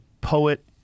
poet